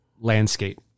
landscape